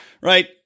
Right